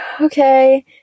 okay